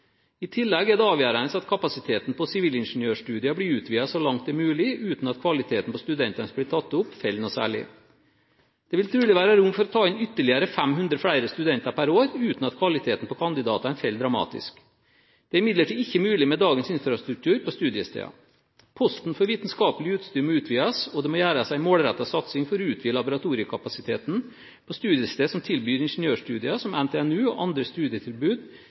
I tillegg er det avgjørende at kapasiteten på sivilingeniørstudiene blir utvidet så langt det er mulig uten at kvaliteten på studentene som blir tatt opp, faller noe særlig. Det vil trolig være rom for å ta inn ytterligere 500 flere studenter per år, uten at kvaliteten på kandidatene faller dramatisk. Det er imidlertid ikke mulig med dagens infrastruktur på studiestedene. Posten for vitenskapelig utstyr må utvides, og det må gjøres en målrettet satsing for å utvide laboratoriekapasiteten på studiesteder som tilbyr ingeniørstudier, som NTNU og andre studietilbud